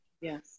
yes